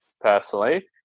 personally